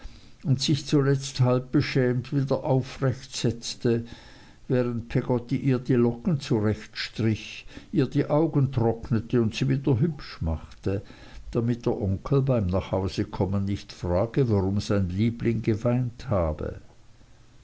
und sich zuletzt halb beschämt wieder aufrecht setzte während peggotty ihr die locken zurecht strich ihr die augen trocknete und sie wieder hübsch machte damit der onkel beim nach hause kommen nicht frage warum sein liebling geweint habe